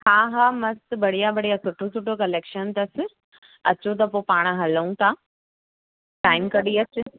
हा हा मस्तु बढ़िया बढ़िया सुठो सुठो कलेक्शन अथसि अचो त पोइ पाणि हलूं था टाइम कढी अचु